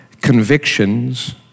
convictions